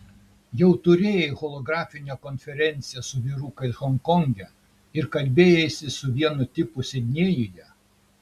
jau turėjai holografinę konferenciją su vyrukais honkonge ir kalbėjaisi su vienu tipu sidnėjuje